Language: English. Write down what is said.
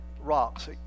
rocks